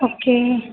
okay